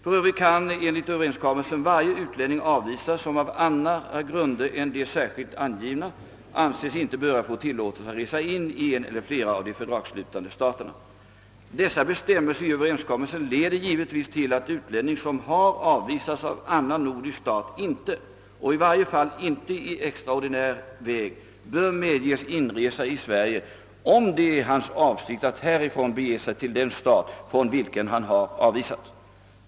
För övrigt kan enligt överenskommelsen varje utlänning avvisas, som av andra grunder än de särskilt angivna anses inte böra få tillåtelse att resa in i en eller flera av de fördragsslutande staterna. Dessa bestämmelser i överenskommelsen leder givetvis till att utlänning som har avvisats av annan nordisk stat inte — och i varje fall inte i extraordinär väg — bör medges inresa till Sverige, om det är hans avsikt att härifrån bege sig till den stat från vilken han har avvisats.